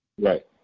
Right